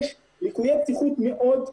יש ליקויי בטיחות מאוד גדולים.